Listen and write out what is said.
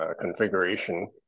configuration